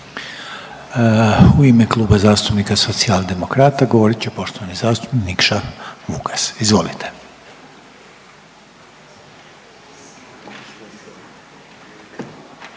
U ime Kluba zastupnika Socijaldemokrata govorit će poštovani zastupnik Nikša Vukas. Izvolite.